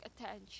attention